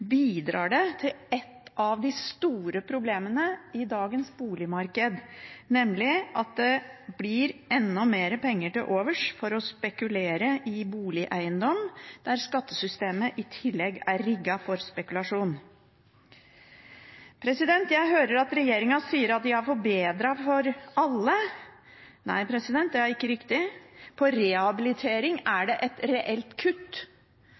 bidrar det til et av de store problemene i dagens boligmarked, nemlig at det blir enda mer penger til overs for å spekulere i boligeiendom, og der skattesystemet i tillegg er rigget for spekulasjon. Jeg hører at regjeringen sier at de har forbedret for alle. Nei, det er ikke riktig. På rehabilitering er det et reelt kutt.